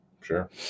Sure